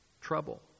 trouble